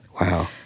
Wow